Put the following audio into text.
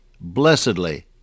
blessedly